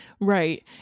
Right